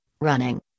running